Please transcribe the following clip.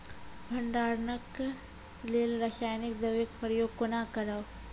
भंडारणक लेल रासायनिक दवेक प्रयोग कुना करव?